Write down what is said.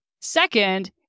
Second